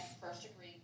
first-degree